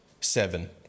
seven